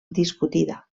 discutida